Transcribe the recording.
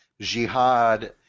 Jihad